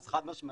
אז חד משמעית,